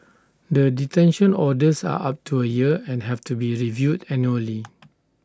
the detention orders are up to A year and have to be reviewed annually